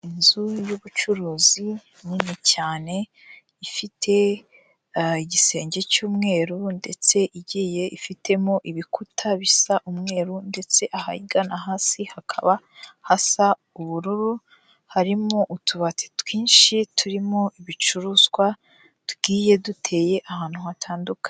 Inzu y'ubucuruzi nini cyane ifite igisenge cy'umweru ndetse igiye ifitemo ibikuta bisa umweru ndetse ahagana hasi hakaba hasa ubururu, harimo utubati twinshi turimo ibicuruzwa tugiye duteye ahantu hatandukanye.